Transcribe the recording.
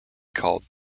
called